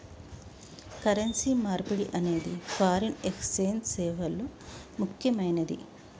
currency మార్పిడి అనేది foreign exchange సేవల్లో ముక్కెమైనది